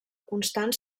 constant